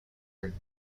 are